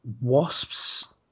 Wasps